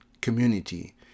community